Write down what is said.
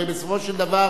הרי בסופו של דבר,